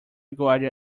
guardian